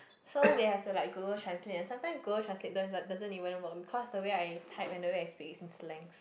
so they have to like Google translate and sometime Google translate don't doesn't even work because the way I type and the way I speak is in slangs